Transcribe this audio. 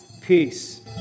peace